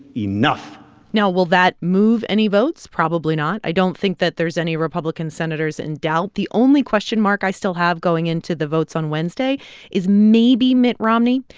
enough now, will that move any votes? probably not. i don't think that there's any republican senators in doubt. the only question mark i still have going into the votes on wednesday is maybe mitt romney.